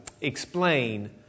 explain